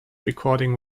recording